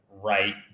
Right